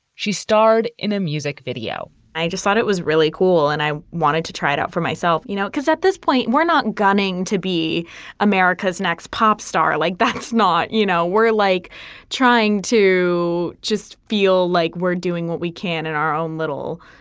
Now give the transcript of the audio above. she starred in a music video i just thought it was really cool. and i wanted to try it out for myself, you know, because at this point, we're not gunning to be america's next pop star. like, that's not you know, we're like trying to just feel like we're doing what we can in our own little,